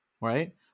Right